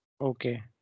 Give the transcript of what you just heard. Okay